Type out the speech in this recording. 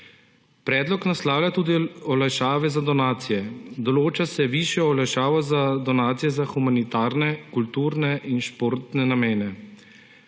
naslavlja tudi olajšave za donacije. Določa se višjo olajšavo za donacije za humanitarne, kulturne in športne namene.